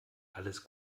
alles